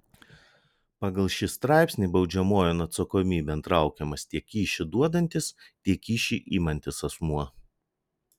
pagal šį straipsnį baudžiamojon atsakomybėn traukiamas tiek kyšį duodantis tiek kyšį imantis asmuo